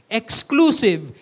exclusive